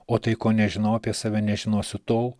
o tai ko nežinau apie save nežinosiu tol